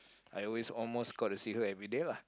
I always get to see her every day lah